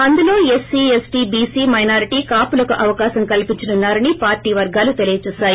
అందులో SC ST BC minority కాపులకు అవకాశం కల్పించనున్నారని పార్టీ పర్గాలు తెలియచేశాయి